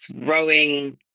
throwing